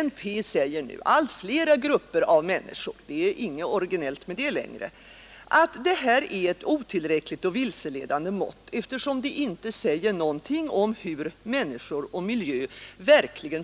Om BNP säger nu allt fler grupper av människor — det 22 november 1972 är inget originellt med det längre — att det är ett otillräckligt och vilseledande mått, eftersom det inte säger något om hur människor och miljö